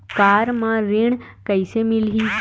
Car म ऋण कइसे मिलही?